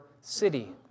city